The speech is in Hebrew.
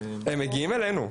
הם מגיעים אלינו.